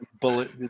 bullet